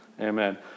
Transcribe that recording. Amen